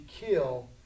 kill